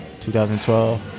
2012